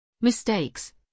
Mistakes